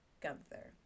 Gunther